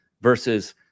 versus